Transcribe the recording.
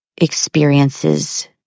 experiences